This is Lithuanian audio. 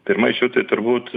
pirma iš jų tai turbūt